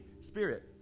Spirit